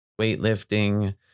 weightlifting